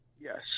Yes